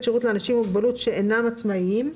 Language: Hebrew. שירות לאנשים עם מוגבלות שאינם עצמאיים,